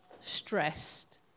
stressed